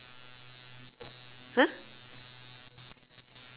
!huh!